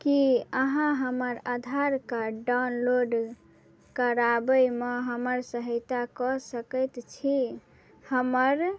कि अहाँ हमर आधार कार्ड डाउनलोड कराबैमे हमर सहायता कऽ सकै छी हमर